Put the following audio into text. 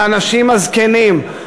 באנשים הזקנים,